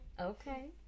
Okay